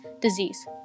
disease